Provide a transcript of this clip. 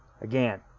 Again